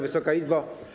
Wysoka Izbo!